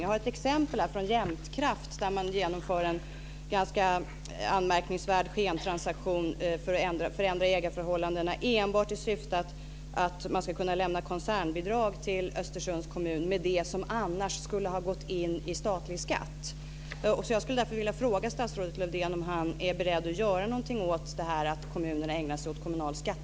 Jag har ett exempel från Jämtkraft där man genomför en ganska anmärkningsvärd skentransaktion för att förändra ägarförhållandena enbart i syfte att kunna lämna koncernbidrag till Östersunds kommun, det som annars skulle ha gått in i statlig skatt.